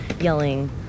yelling